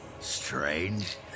strange